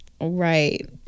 right